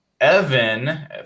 Evan